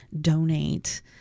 donate